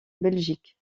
belgique